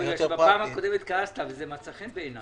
כי בפעם הקודמת כעסת וזה מצא חן בעיני...